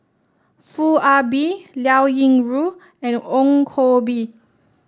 Foo Ah Bee Liao Yingru and Ong Koh Bee